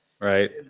Right